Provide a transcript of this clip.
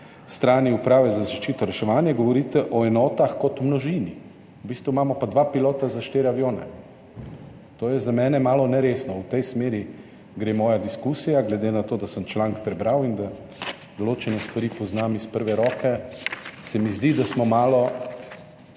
strani Uprave za zaščito in reševanje govorite o enotah kot v množini, v bistvu imamo pa dva pilota za štiri avione. To je za mene malo neresno. V tej smeri gre moja diskusija. Glede na to, da sem članek prebral in da določene stvari poznam iz prve roke, se mi zdi, da smo malo